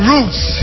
Roots